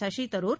Shashi Tharoor